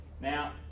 Now